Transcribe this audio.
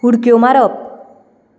उडक्यो मारप